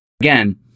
again